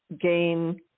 gain